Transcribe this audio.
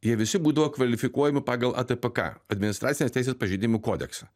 jie visi būdavo kvalifikuojami pagal atpk administracinės teisės pažeidimų kodeksą